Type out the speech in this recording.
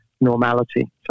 normality